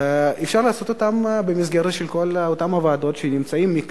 אפשר לעשות זאת במסגרת כל אותן ועדות שקיימות,